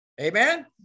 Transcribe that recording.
Amen